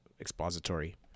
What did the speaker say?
expository